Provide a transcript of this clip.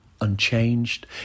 unchanged